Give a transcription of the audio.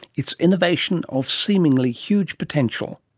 it's innovation of seemingly huge potential.